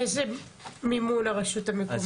איזה מימון הרשות המקומית תקבל?